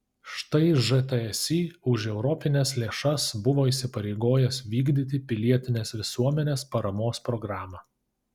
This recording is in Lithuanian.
štai žtsi už europines lėšas buvo įsipareigojęs vykdyti pilietinės visuomenės paramos programą